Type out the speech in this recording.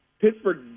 Pittsburgh